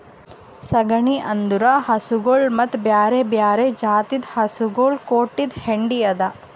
ಸಗಣಿ ಅಂದುರ್ ಹಸುಗೊಳ್ ಮತ್ತ ಬ್ಯಾರೆ ಬ್ಯಾರೆ ಜಾತಿದು ಹಸುಗೊಳ್ ಕೊಟ್ಟಿದ್ ಹೆಂಡಿ ಅದಾ